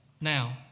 Now